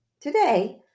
today